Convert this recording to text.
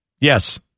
Yes